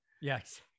yes